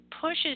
pushes